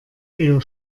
eher